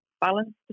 balance